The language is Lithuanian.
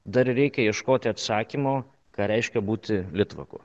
dar reikia ieškoti atsakymo ką reiškia būti litvaku